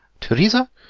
teresa,